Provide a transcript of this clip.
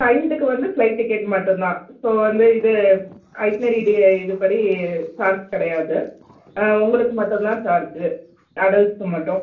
சைல்டுக்கு வந்து flight ticket மட்டும் தான் ஸோ வந்து இது அயிட் மாரி டே இது படி சார்ஜ் கிடையாது உங்களுக்கு மட்டும்தான் சார்ஜ்ஜு அடல்ட்ஸ்க்கு மட்டும்